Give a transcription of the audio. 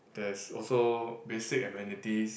there's also basic amenities